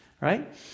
right